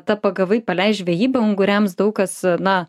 ta pagavai paleisk žvejyba unguriams daug kas na